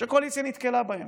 שהקואליציה נתקלה בהם.